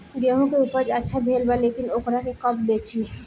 गेहूं के उपज अच्छा भेल बा लेकिन वोकरा के कब बेची?